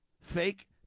fake